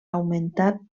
augmentat